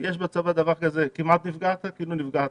בצבא תפיסה של "כמעט נפגעת נפגעת",